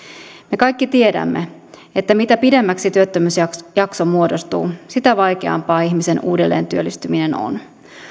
me kaikki tiedämme että mitä pidemmäksi työttömyysjakso muodostuu sitä vaikeampaa ihmisen uudelleen työllistyminen on